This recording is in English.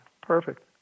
Perfect